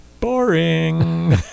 boring